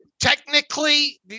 technically